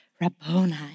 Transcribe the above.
Rabboni